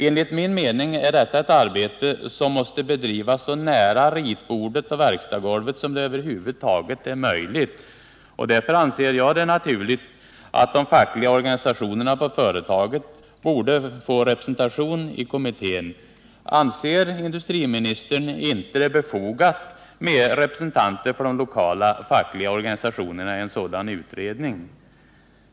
Enligt min mening måste detta arbete bedrivas så nära ritbordet och verkstadsgolvet som det över huvud taget är möjligt, och därför anser jag det naturligt att de fackliga organisationerna på företaget får representation i kommittén. Anser inte industriministern att det är befogat med representanter för de lokala fackliga organisationerna i en sådan här utredning?